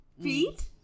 Feet